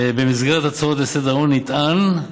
במסגרת ההצעות לסדר-היום נטען,